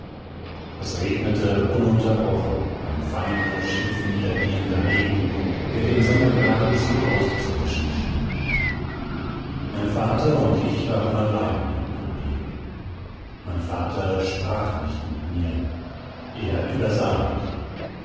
es regnete ununterbrochen ein feiner schief niedergehender regen der den sommer geradezu auszulöschen schien mein vater und ich waren allein im coup mein vater sprach nicht mit mir er übersah mich